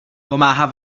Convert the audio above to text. pomáhá